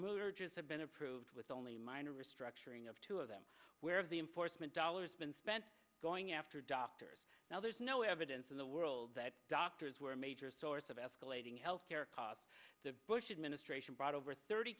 motorists have been approved with only minor restructuring of two of them where the important dollars been spent going after doctors now there's no evidence in the world that doctors were a major source of escalating health care costs the bush administration brought over thirty